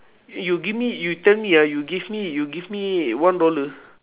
you give me you tell me ah you give me you give me one dollar